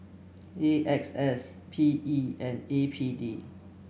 A X S P E and A P D